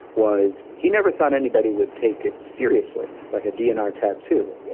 was he never thought anybody would take it seriously, like a dnr tattoo.